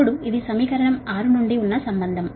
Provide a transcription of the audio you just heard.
ఇప్పుడుఈ సంబంధం సమీకరణం 6 నుండి వచ్చింది